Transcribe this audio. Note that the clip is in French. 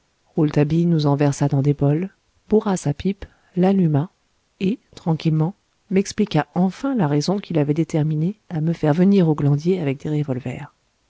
nous en versa dans des bols bourra sa pipe l'alluma et tranquillement m'expliqua enfin la raison qui l'avait déterminé à me faire venir au glandier avec des revolvers